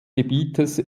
gebietes